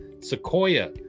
sequoia